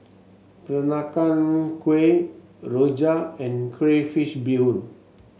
Peranakan Kueh rojak and Crayfish Beehoon